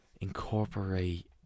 incorporate